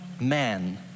man